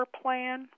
plan